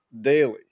daily